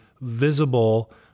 visible